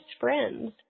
friends